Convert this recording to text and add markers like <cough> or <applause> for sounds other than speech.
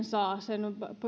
<unintelligible> saa sen